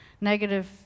negative